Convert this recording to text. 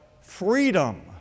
freedom